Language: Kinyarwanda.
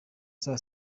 saa